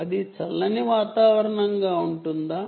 అది చల్లని వాతావరణంగా ఉంటుందా